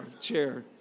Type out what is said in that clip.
chair